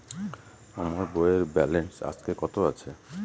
আমার বইয়ের ব্যালেন্স আজকে কত আছে?